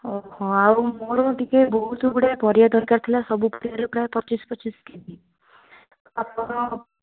ଆଉ ମୋର ଟିକେ ବହୁତ ଗୁଡ଼ାଏ ପରିବା ଦରକାର ଥିଲା ସବୁ ପରିବାରୁ ପ୍ରାୟ ପଚିଶ ପଚିଶ କେଜି ଆପଣ